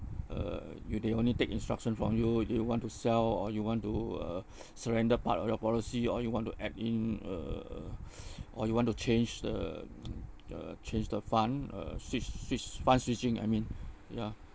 uh you they only take instruction from you do you want to sell or you want to uh surrender part of your policy or you want to add in uh uh you want to change the uh change the fund uh switch switch fund switching I mean ya